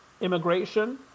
immigration